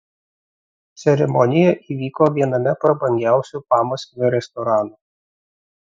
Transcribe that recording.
ceremonija įvyko viename prabangiausių pamaskvio restoranų